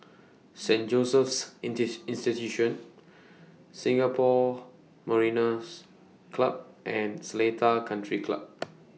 Saint Joseph's Institution Singapore Mariners' Club and Seletar Country Club